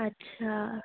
अच्छा